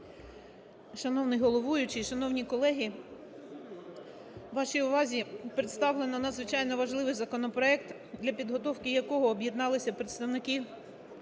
Шановний головуючий, шановні колеги, вашій увазі представлено надзвичайно важливий законопроект, для підготовки якого об'єдналися представники